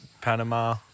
Panama